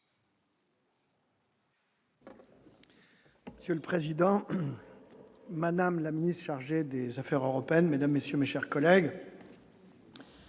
Monsieur le Président, Madame la Ministre chargé des Affaires européennes, mesdames, messieurs, mes chers collègues,